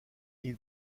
ils